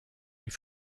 die